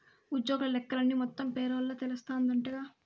ఉజ్జోగుల లెక్కలన్నీ మొత్తం పేరోల్ల తెలస్తాందంటగా